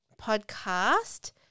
podcast